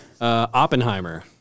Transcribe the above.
Oppenheimer